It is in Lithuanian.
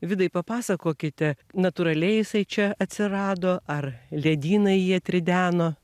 vidai papasakokite natūraliai jisai čia atsirado ar ledynai jį atrideno